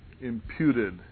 imputed